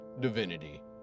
divinity